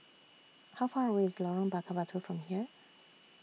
How Far away IS Lorong Bakar Batu from here